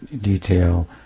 detail